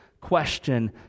question